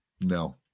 No